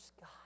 God